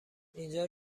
اینجا